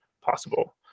possible